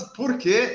porque